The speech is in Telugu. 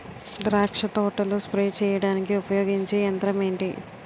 ద్రాక్ష తోటలో స్ప్రే చేయడానికి ఉపయోగించే యంత్రం ఎంటి?